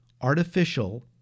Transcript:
Artificial